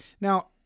Now